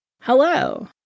Hello